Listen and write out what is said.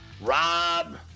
rob